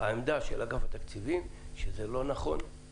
העמדה של אגף התקציבים היא שזה לא נכון.